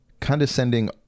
condescending